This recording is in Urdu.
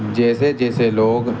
جیسے جیسے لوگ